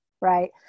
right